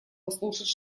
послушать